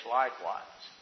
likewise